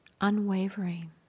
unwavering